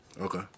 Okay